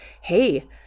hey